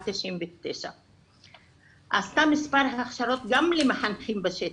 עד 99'. היא עשתה מספר הכשרות גם למחנכים בשטח,